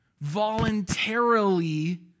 voluntarily